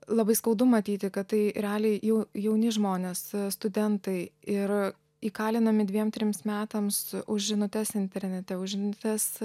labai skaudu matyti kad tai realiai jau jauni žmonės studentai ir įkalinami dviem trims metams už žinutes internete už žinutes